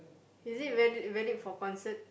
is it valid valid for concert